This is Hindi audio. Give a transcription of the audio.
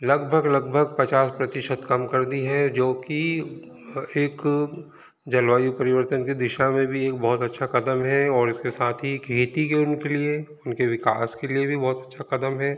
लगभग लगभग पचास प्रतिशत कम कर दी है जो कि एक जलवायु परिवर्तन के दिशा में भी एक बहुत अच्छा कदम है और इसके साथ ही खेती के उनके लिए उनके विकास के लिए भी बहुत अच्छा कदम है